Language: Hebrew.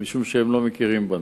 משום שהיא לא מכירה בנו.